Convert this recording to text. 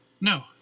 No